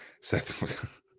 Seth